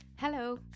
Hello